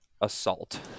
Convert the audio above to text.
Assault